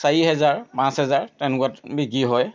চাৰি হেজাৰ পাঁচ হেজাৰ তেনেকুৱা বিকি হয়